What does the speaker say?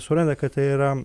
suranda kad tai yra